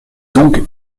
donc